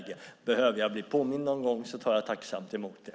Jag är tacksam om någon påminner mig om jag någon gång skulle behöva det.